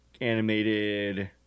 animated